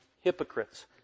hypocrites